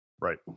right